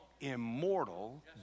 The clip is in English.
immortal